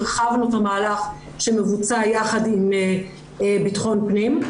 הרחבנו את המהלך שמבוצע יחד עם בטחון פנים.